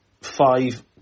five